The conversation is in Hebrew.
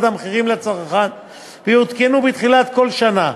המחירים לצרכן ויעודכנו בתחילת כל שנה,